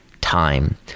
time